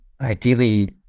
ideally